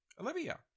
Olivia